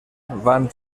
van